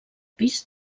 pis